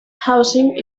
housing